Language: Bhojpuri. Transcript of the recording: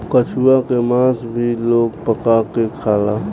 कछुआ के मास भी लोग पका के खाला